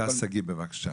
הדס שגיא, בבקשה.